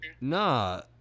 Nah